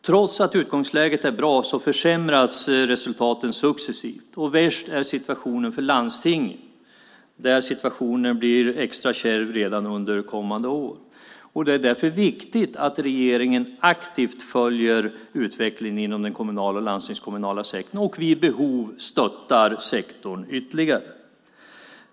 Trots att utgångsläget är bra försämras resultaten successivt, och värst är situationen för landstingen, där situationen blir extra kärv redan under kommande år. Det är därför viktigt att regeringen aktivt följer utvecklingen inom den kommunala och landstingskommunala sektorn och vid behov stöttar sektorn ytterligare.